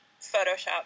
Photoshop